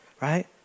right